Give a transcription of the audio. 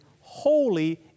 holy